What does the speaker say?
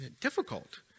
difficult